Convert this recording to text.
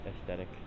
aesthetic